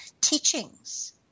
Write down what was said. teachings